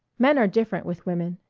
men are different with women.